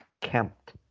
Kempt